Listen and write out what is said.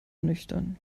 nüchtern